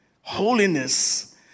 Holiness